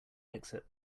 exit